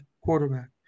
quarterback